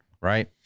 Right